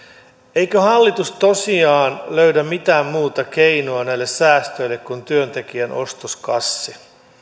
eikö hallitus tosiaan löydä mitään muuta keinoa näille säästöille kuin työntekijän ostoskassin